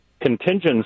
contingency